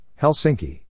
Helsinki